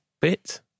bit